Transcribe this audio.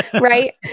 right